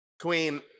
queen